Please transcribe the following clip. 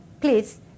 please